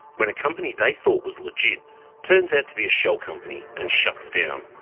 when a company they thought was legit turns out to be a shell company and shuts down.